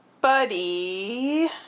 Buddy